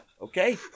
Okay